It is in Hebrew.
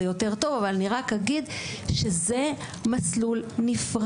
יותר טוב אבל אני רק אגיד שזה מסלול נפרד,